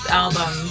album